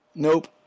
Nope